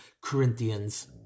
Corinthians